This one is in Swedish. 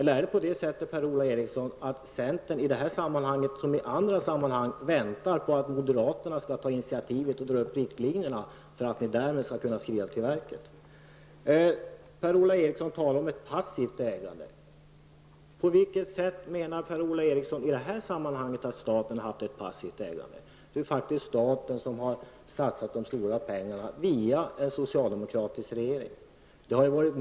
Är det möjligen så, Per-Ola Eriksson, att centern i det här sammanhanget liksom i andra sammanhang väntar på att moderaterna skall ta initiativet och dra upp riktlinjerna för att ni därmed skall kunna skrida till verket? Per-Ola Eriksson talar om ett passivt ägande. På vilket sätt menar Per-Ola Eriksson att staten i detta sammanhang har haft ett passivt ägande? Det är faktiskt staten som har satsat de stora pengarna via en socialdemokratisk regering.